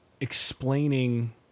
explaining